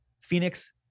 phoenix